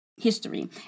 History